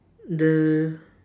the